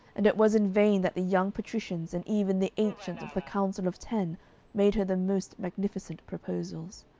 and it was in vain that the young patricians and even the ancients of the council of ten made her the most magnificent proposals.